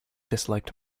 disliked